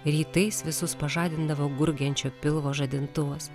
rytais visus pažadindavo gurgiančio pilvo žadintuvas